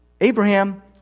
Abraham